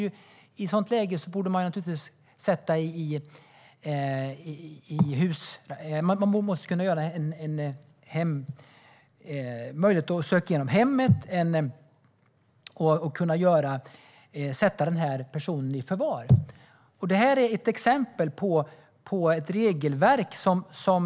I ett sådant läge måste man ha möjlighet att söka igenom hemmet och sätta personen i förvar. Det var ett exempel på hur regelverket fungerar.